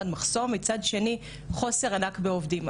מחסור ומצד שני חוסר ענק בעובדים.